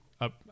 up